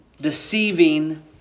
deceiving